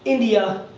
india,